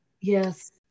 Yes